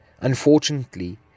Unfortunately